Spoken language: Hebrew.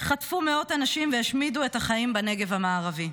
חטפו מאות אנשים והשמידו את החיים בנגב המערבי.